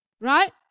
Right